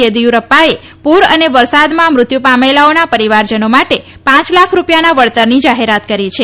ચેદુયુરપ્પાએ પૂર અને વરસાદમાં મૃત્યુ પામેલાઓના પરિવારજનો માટે પાંચ લાખ રૂપિયાના વળતરની જાહેરાત કરી છે